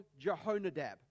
Jehonadab